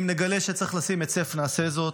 אם נגלה שצריך לשים היטל היצף, נעשה זאת.